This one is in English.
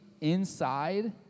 inside